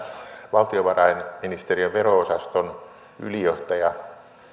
muistan että valtiovarainministeriön vero osaston ylijohtaja